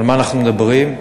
על מה אנחנו מדברים?